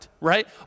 right